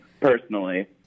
personally